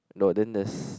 no then there's